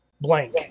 blank